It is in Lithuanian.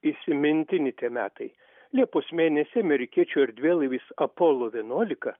įsimintini tie metai liepos mėnesį amerikiečių erdvėlaivis apollo vienuolika